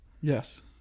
yes